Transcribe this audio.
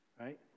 Right